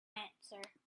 answer